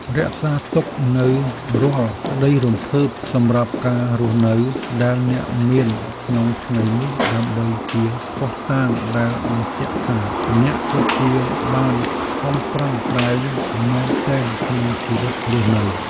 រក្សាទុកនូវរាល់ក្ដីរំភើបសម្រាប់ការរស់នៅដែលអ្នកមានក្នុងថ្ងៃនេះដើម្បីជាភស្តុតាងដែលបញ្ជាក់ថាអ្នកពិតជាបានខំប្រឹងប្រែងមែនទែនក្នុងជីវិតរស់នៅ។